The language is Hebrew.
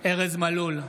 ארז מלול,